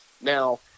Now